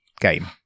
game